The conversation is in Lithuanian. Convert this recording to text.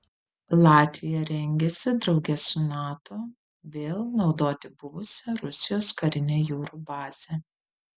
latvija rengiasi drauge su nato vėl naudoti buvusią rusijos karinę jūrų bazę